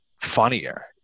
funnier